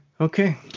Okay